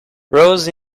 rose